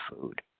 food